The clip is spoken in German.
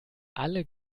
alle